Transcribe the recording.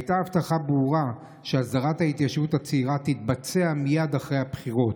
הייתה הבטחה ברורה שהסדרת ההתיישבות הצעירה תתבצע מייד אחרי הבחירות,